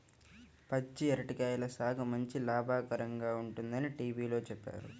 పచ్చి అరటి కాయల సాగు మంచి లాభకరంగా ఉంటుందని టీవీలో చెప్పారు